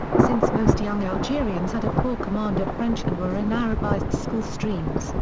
since most young algerians had a poor command of french and were in arabized school streams,